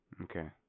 Okay